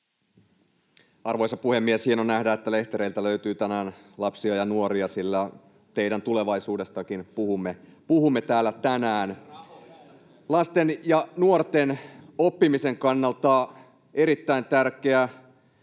Arvoisa puhemies! Hienoa nähdä, että lehtereiltä löytyy tänään lapsia ja nuoria, sillä teidän tulevaisuudestakin puhumme täällä tänään. [Timo Heinonen: Ja rahoista!] Lasten ja nuorten oppimisen kannalta erittäin tärkeä,